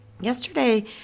Yesterday